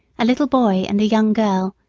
a little boy and a young girl,